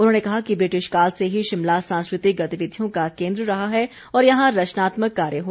उन्होंने कहा कि ब्रिटिश काल से ही शिमला सांस्कृतिक गतिविधियों का केन्द्र रहा है और यहां रचनात्मक कार्य होते रहे हैं